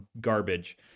garbage